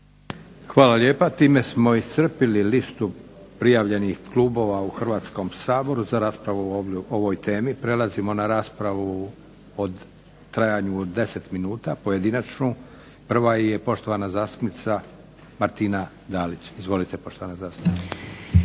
Hvala lijepa. Time smo iscrpili listu prijavljenih klubova u Hrvatskom saboru za raspravu o ovoj temi. Prelazimo na raspravu u trajanju od 10 minuta pojedinačnu. Prva je poštovana zastupnica Martina Dalić. Izvolite poštovana zastupnice.